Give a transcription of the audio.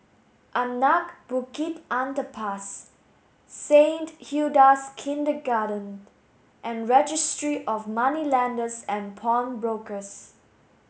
Anak Bukit Underpass Saint Hilda's Kindergarten and Registry of Moneylenders and Pawnbrokers